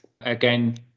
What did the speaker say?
again